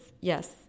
yes